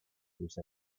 with